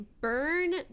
burn